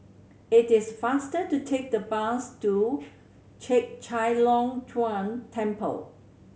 it is faster to take the bus to Chek Chai Long Chuen Temple